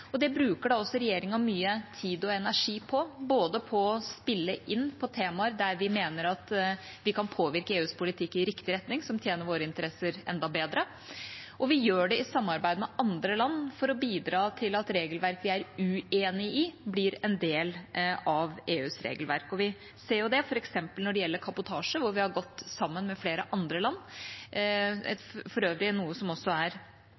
forbedres. Det bruker da også regjeringa mye tid og energi på, både på å spille inn på temaer der vi mener at vi kan påvirke EUs politikk i riktig retning, som tjener våre interesser enda bedre, og vi gjør det i samarbeid med andre land, for å bidra til at regelverk vi er uenig i, ikke blir en del av EUs regelverk. Vi ser det f.eks. når det gjelder kabotasje, hvor vi har gått sammen med flere andre land. Dette foreslåtte regelverket er for øvrig noe som også er